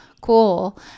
cool